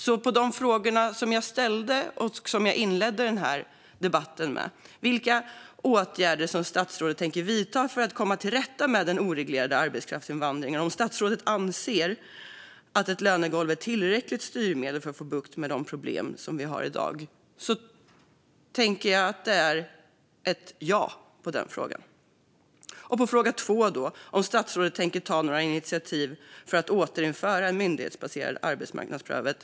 Låt mig återkomma till de frågor som jag inledde den här debatten med: Vilka åtgärder tänker statsrådet vidta för att komma till rätta med den oreglerade arbetskraftsinvandringen, och anser statsrådet att ett lönegolv är ett tillräckligt styrmedel för att få bukt med de problem som vi har i dag? Jag tänker att svaret på detta är ja. Min nästa fråga var om statsrådet tänker ta några initiativ för att återinföra en myndighetsbaserad arbetsmarknadsprövning.